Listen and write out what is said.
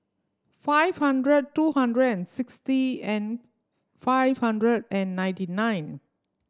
five hundred two hundred and sixty and five hundred and ninety nine